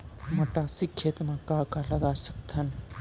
मटासी खेत म का का लगा सकथन?